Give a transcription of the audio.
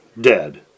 dead